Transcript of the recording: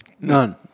None